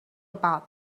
about